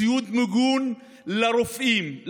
ציוד מיגון לרופאים,